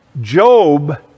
Job